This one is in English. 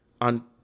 on